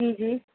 جی جی